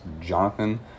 Jonathan